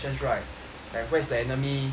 like where's the enemy